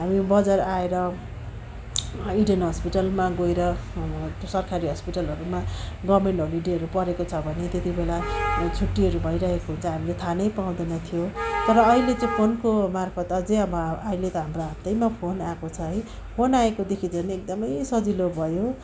हामी बजार आएर इडेन हस्पिटलमा गएर सरकारी हस्पिटलहरूमा गभर्नमेन्ट होलिडेहरू परेको छ भने त्यत्ति बेला छुट्टीहरू भइरहेको हुन्छ हामीले थाहा नै पाउँदैन थियो तर अहिले चाहिँ फोनको मार्फत् अझै अब अहिले त हाम्रो हातैमा फोन आएको छ है फोन आएकोदेखि झनै एकदमै सजिलो भयो